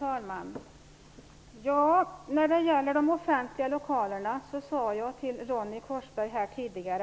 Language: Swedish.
Herr talman! När det gäller de offentliga lokalerna sade jag tidigare till Ronny Korsberg